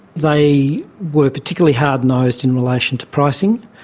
they were particularly hard-nosed in relation to pricing.